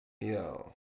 Yo